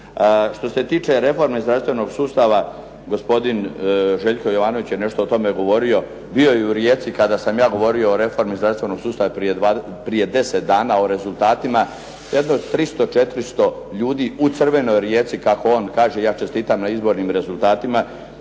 Što se tiče reforme zdravstvenog sustava gospodin Željko Jovanović je nešto o tome govorio, bio je u Rijeci kada sam ja govorio o reformi zdravstvenog sustava prije deset dana o rezultatima. Jedno 300-400 ljudi u crvenoj Rijeci kako on kaže, ja čestitam na izbornim rezultatima,